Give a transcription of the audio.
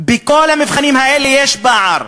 בכל המבחנים האלה יש פער.